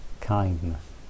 Kindness